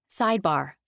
Sidebar